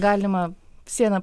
galima siena